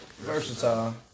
versatile